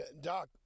Doc